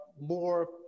more